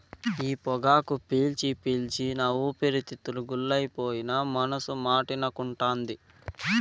ఈ పొగాకు పీల్చి పీల్చి నా ఊపిరితిత్తులు గుల్లైపోయినా మనసు మాటినకుంటాంది